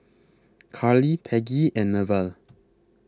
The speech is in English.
Karli Peggy and Newell